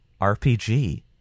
RPG